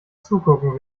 zugucken